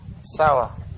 sour